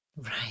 right